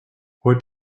what